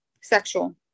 sexual